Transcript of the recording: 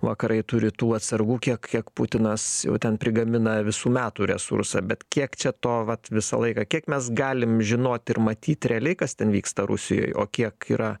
vakarai turi tų atsargų kiek kiek putinas jau ten prigamina visų metų resursą bet kiek čia to vat visą laiką kiek mes galim žinoti ir matyt realiai kas ten vyksta rusijoj o kiek yra